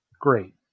Great